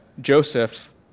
Joseph